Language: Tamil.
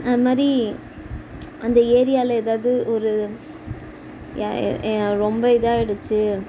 அது மாதிரி அந்த ஏரியாவுல ஏதாவது ஒரு ரொம்ப இதாகிடுச்சு